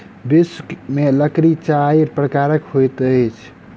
विश्व में लकड़ी चाइर प्रकारक होइत अछि